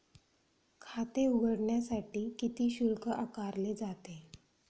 खाते उघडण्यासाठी किती शुल्क आकारले जाते?